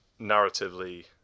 narratively